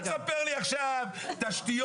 אל תספר לי עכשיו תשתיות,